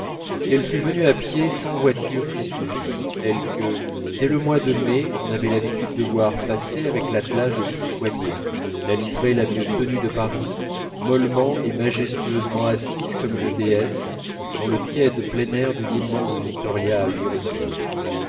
qu'elle fût venue à pied sans voiture qui suivît elle que dès le mois de mai on avait l'habitude de voir passer avec l'attelage le plus soigné la livrée la mieux tenue de paris mollement et majestueusement assise comme une déesse dans le tiède plein air d'une immense victoria à huit ressorts